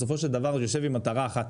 בסופו של דבר יושב עם מטרה אחת